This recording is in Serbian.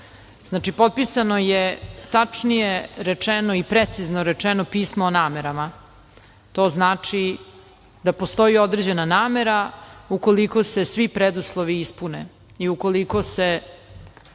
počinje. Potpisano je, tačnije rečeno i precizno rečeno pismo o namerama. To znači da postoji određena namera ukoliko se svi preduslovi ispune i ukoliko se